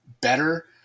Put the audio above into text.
better